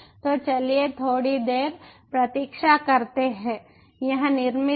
तो चलिए थोड़ी देर प्रतीक्षा करते हैं यह निर्मित है